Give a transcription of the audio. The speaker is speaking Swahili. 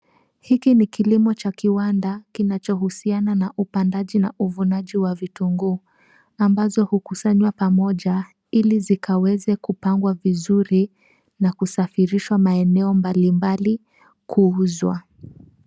Hiki ni kilimo cha kiwanda, kinachohusiana na upandaji na uvunaji wa vitunguu, ambazo hukusanywa pamoja, ili zikaweze kupangwa vizuri ,na kusafirishwa maeneo mbali mbali kuuzwa.